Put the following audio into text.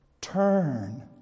turn